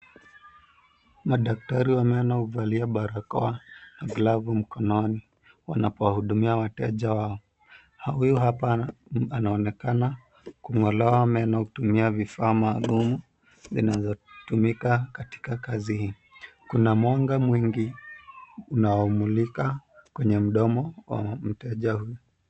Madaktari wa meno huvalia barakoa na glavu mkononi wanapo wahudumia wateja wao. Huyu hapa anaonekana kung'olewa meno kutumia vifaa maalum zinazo tumika katika kazi hii. Kuna mwanga mwingi unao mulika kwenye mdomo wa mteja huyu.